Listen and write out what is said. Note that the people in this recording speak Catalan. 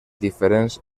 diferents